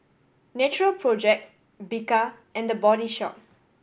Natural Project Bika and The Body Shop